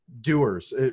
doers